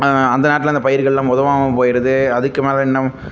அந்த நேரத்தில் அந்த பயிர்கள்லாம் உதவாமல் போய்ருது அதுக்கு மேலே என்ன